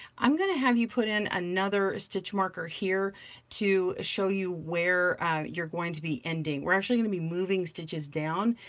i'm gonna have you put in another stitch marker here to show you where you're going to be ending. we're actually gonna be moving stitches down.